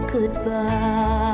Goodbye